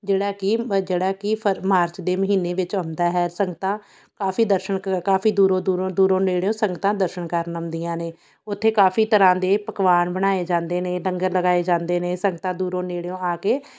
ਜਿਹੜਾ ਕਿ ਜਿਹੜਾ ਕਿ ਫਰ ਮਾਰਚ ਦੇ ਮਹੀਨੇ ਵਿੱਚ ਆਉਂਦਾ ਹੈ ਸੰਗਤਾਂ ਕਾਫੀ ਦਰਸ਼ਨ ਕਾਫੀ ਦੂਰੋਂ ਦੂਰੋਂ ਦੂਰੋਂ ਨੇੜਿਓਂ ਸੰਗਤਾਂ ਦਰਸ਼ਨ ਕਰਨ ਆਉਂਦੀਆਂ ਨੇ ਉੱਥੇ ਕਾਫੀ ਤਰ੍ਹਾਂ ਦੇ ਪਕਵਾਨ ਬਣਾਏ ਜਾਂਦੇ ਨੇ ਲੰਗਰ ਲਗਾਏ ਜਾਂਦੇ ਨੇ ਸੰਗਤਾਂ ਦੂਰੋਂ ਨੇੜਿਓਂ ਆ ਕੇ